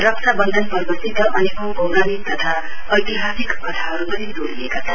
रक्षा वन्धन पर्वसित अनेकौं पौरणिक तथा ऐतिहासिक कथाहरु पनि जोड़िएका छन्